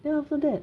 then after that